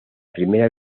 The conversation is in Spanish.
primera